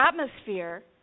atmosphere